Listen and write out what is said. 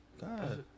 God